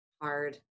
hard